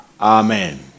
Amen